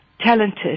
talented